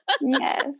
yes